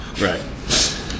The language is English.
Right